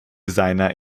seiner